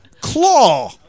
claw